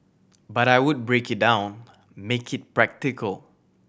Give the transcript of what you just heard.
but I would break it down make it practical